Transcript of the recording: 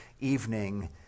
evening